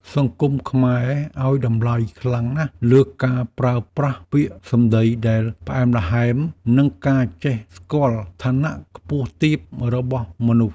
សង្គមខ្មែរឱ្យតម្លៃខ្លាំងណាស់លើការប្រើប្រាស់ពាក្យសម្តីដែលផ្អែមល្ហែម និងការចេះស្គាល់ឋានៈខ្ពស់ទាបរបស់មនុស្ស។